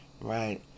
right